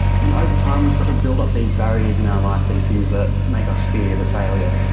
and over time we sort of build up these barriers in our life, these things that make us fear the failure.